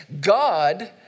God